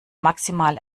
maximale